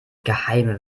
geheime